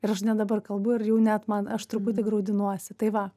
ir aš net dabar kalbu ir jau net man aš truputį graudinuosi tai va